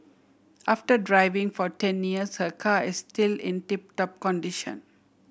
after driving for ten years her car is still in tip top condition